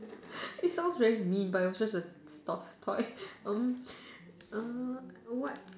it sounds very mean but it was just a soft toy um um what